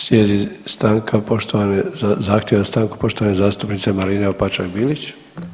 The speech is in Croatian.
Slijedi stanka poštovane, zahtjev za stanku poštovane zastupnice Marine Opačak Bilić.